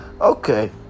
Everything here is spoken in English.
Okay